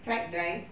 fried rice